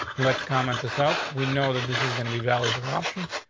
let's comment this out. we know that this is gonna be valuable option,